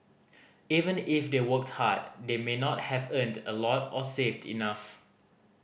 even if they worked hard they may not have earned a lot or saved enough